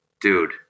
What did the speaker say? Dude